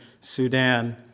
Sudan